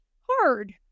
hard